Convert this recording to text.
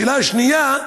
שאלה שנייה: